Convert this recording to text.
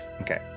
Okay